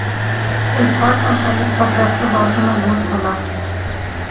Escort company कअ tractor बहुते मजबूत होला